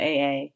AA